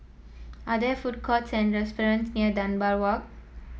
are there food courts and restaurants near Dunbar Walk